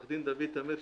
מעו"ד דוד תמיר,